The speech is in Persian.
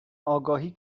آگاهی